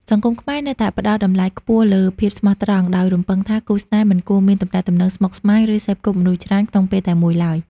សង្គមខ្មែរនៅតែផ្ដល់តម្លៃខ្ពស់លើ "ភាពស្មោះត្រង់" ដោយរំពឹងថាគូស្នេហ៍មិនគួរមានទំនាក់ទំនងស្មុគស្មាញ ឬសេពគប់មនុស្សច្រើនក្នុងពេលតែមួយឡើយ។